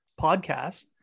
podcast